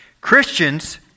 Christians